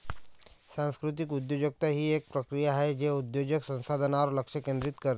सांस्कृतिक उद्योजकता ही एक प्रक्रिया आहे जे उद्योजक संसाधनांवर लक्ष केंद्रित करते